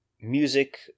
music